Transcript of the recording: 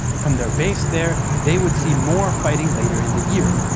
from their base there they would see more fighting later in the year,